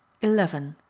eleven.